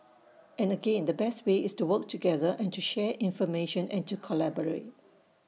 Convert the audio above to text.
and again the best way is to work together and to share information and to collaborate